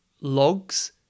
logs